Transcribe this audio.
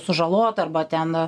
sužalotą arba ten